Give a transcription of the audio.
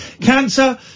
Cancer